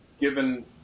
given